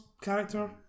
character